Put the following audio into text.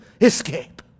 escape